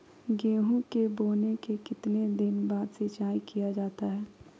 गेंहू के बोने के कितने दिन बाद सिंचाई किया जाता है?